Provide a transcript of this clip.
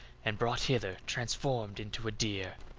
and brought hither transformed into a deer.